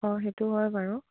অঁ সেইটো হয় বাৰু